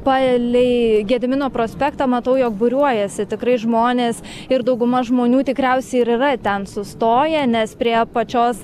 palei gedimino prospektą matau jog būriuojasi tikrai žmonės ir dauguma žmonių tikriausiai ir yra ten sustoję nes prie pačios